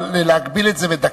אבל להגביל את זה לדקה,